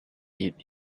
eat